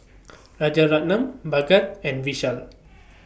Rajaratnam Bhagat and Vishal